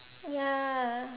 ya